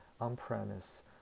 on-premise